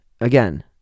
again